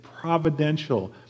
providential